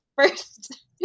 first